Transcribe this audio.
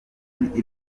imiti